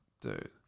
dude